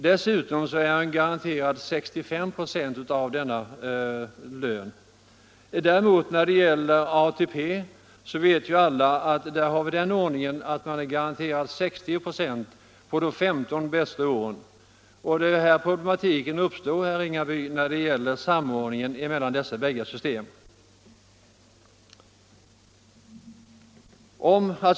Dessutom är han garanterad 65 96 av denna 13 mars 1975 lön. För ATP vet alla att den ordningen gäller att tjänstemannen är i garanterad 60 96 av lönen under de 15 bästa åren. Det är här problemen = Samordning mellan uppstår, herr Ringaby, när det gäller samordningen mellan dessa båda = pensionssystem, system.m.m.